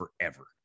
forever